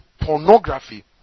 pornography